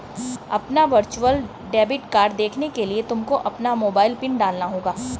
अपना virtual debit card देखने के लिए तुमको अपना मोबाइल पिन डालना होगा